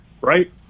right